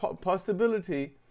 possibility